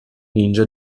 ninja